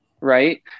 right